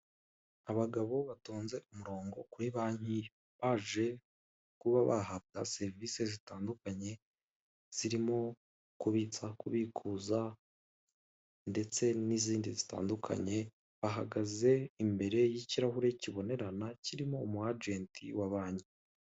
Abagabo batonze umurongo kuri banki baje kuba bahabwa serivise zitandukanye zirimo kubitsa, kubikuza ndetse n'izindi zitandukanye bahagaze imbere y'ikirahure kibonerana kirimo umu ajenti wa banki.